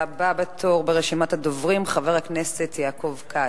הבא בתור ברשימת הדוברים, חבר הכנסת יעקב כץ,